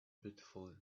beautifully